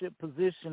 position